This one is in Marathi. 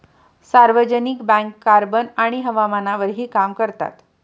सार्वजनिक बँक कार्बन आणि हवामानावरही काम करतात